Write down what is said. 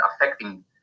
affecting